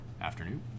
Afternoon